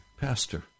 Pastor